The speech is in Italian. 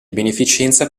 beneficenza